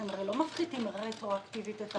אתם הרי לא מפחיתים רטרואקטיבית את האגרות.